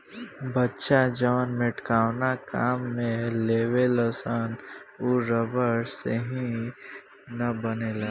बच्चा जवन मेटकावना काम में लेवेलसन उ रबड़ से ही न बनेला